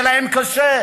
היה להם קשה.